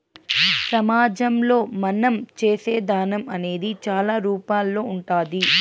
సమాజంలో మనం చేసే దానం అనేది చాలా రూపాల్లో ఉంటాది